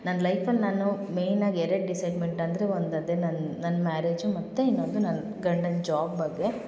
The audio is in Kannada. ನನ್ನ ಲೈಫಲ್ಲಿ ನಾನು ಮೇನ್ ಆಗಿ ಎರಡು ಡಿಸೈಡ್ಮೆಂಟ್ ಅಂದರೆ ಒಂದು ಅದೇ ನನ್ನ ನನ್ನ ಮ್ಯಾರೇಜು ಮತ್ತು ಇನ್ನೊಂದು ನನ್ನ ಗಂಡನ ಜಾಬ್ ಬಗ್ಗೆ